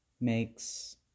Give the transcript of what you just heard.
makes